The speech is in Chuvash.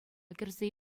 кӗрсе